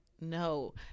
No